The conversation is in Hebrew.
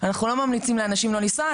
אנחנו לא ממליצים לאנשים לא לנסוע,